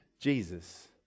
Jesus